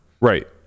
right